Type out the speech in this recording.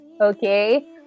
okay